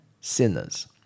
sinners